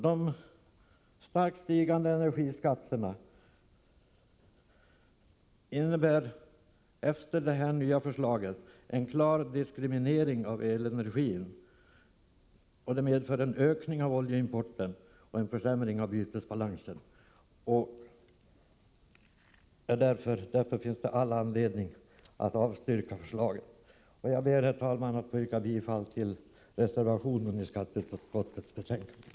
De starkt stigande energiskatterna enligt det nya förslaget innebär en klar diskriminering av elenergin samt medför en ökning av oljeimporten och en försämring av bytesbalansen. Därför finns det all anledning att avstyrka förslaget. Jag ber, herr talman, att få yrka bifall till reservationen i skatteutskottets betänkande.